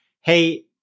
hey